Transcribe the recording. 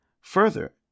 Further